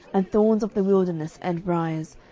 and thorns of the wilderness and briers,